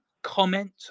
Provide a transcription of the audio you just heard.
comment